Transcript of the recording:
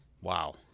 Wow